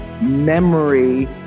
memory